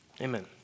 Amen